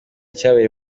cyabereye